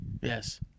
Yes